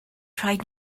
rhaid